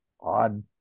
odd